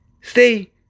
stay